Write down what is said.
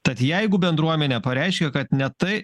tad jeigu bendruomenė pareiškė kad ne tai